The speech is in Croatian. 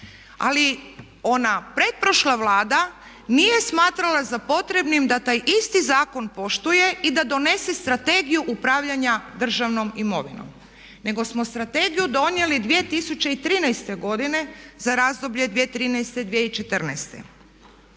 ali ona pretprošla Vlada nije smatrala za potrebnim da taj isti zakon poštuje i da donese Strategiju upravljanja državnom imovinom nego smo strategiju donijeli 2013. godine za razdoblje 2013.-2014. Danas